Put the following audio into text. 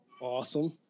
Awesome